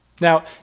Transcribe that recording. Now